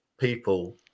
people